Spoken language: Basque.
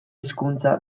hizkuntza